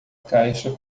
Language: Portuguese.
caixa